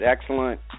excellent